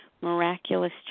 miraculous